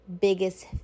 biggest